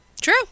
True